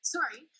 Sorry